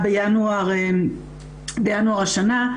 בינואר השנה.